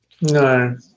No